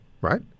right